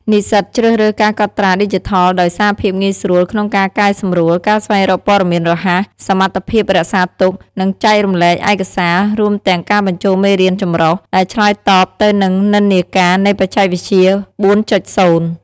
និស្សិតជ្រើសរើសការកត់ត្រាឌីជីថលដោយសារភាពងាយស្រួលក្នុងការកែសម្រួល ការស្វែងរកព័ត៌មានរហ័ស សមត្ថភាពរក្សាទុក និងចែករំលែកឯកសារ រួមទាំងការបញ្ចូលមេរៀនម្រុះ ដែលឆ្លើយតបទៅនឹងនិន្នាការនៃបច្ចេកវិទ្យា ៤.០។